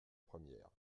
première